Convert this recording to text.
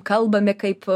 kalbame kaip